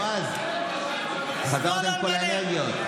בועז, חזרת עם כל האנרגיות.